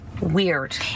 weird